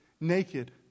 naked